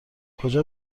کجا